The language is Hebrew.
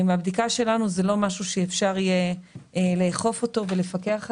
מהבדיקה שלנו זה לא משהו שאפשר יהיה לאכוף אותו ולפקח עליו,